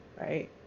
right